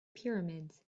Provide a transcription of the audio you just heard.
pyramids